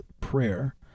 prayer